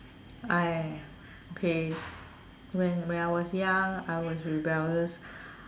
I okay when when I was young I was rebellious